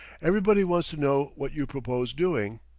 everybody wants to know what you propose doing.